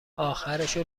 آخرشو